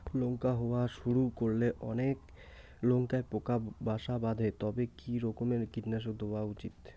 লঙ্কা হওয়া শুরু করলে অনেক লঙ্কায় পোকা বাসা বাঁধে তবে কি রকমের কীটনাশক দেওয়া উচিৎ?